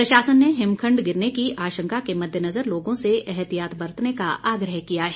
प्रशासन ने हिमखंड गिरने की आशंका के मध्यनजर लोगों से एहतियात बरतने का आग्रह किया है